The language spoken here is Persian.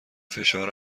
فشار